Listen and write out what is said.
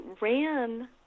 ran